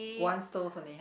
one stove only